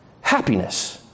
Happiness